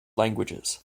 languages